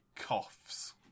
coughs